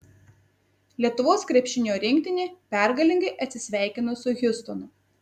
lietuvos krepšinio rinktinė pergalingai atsisveikino su hjustonu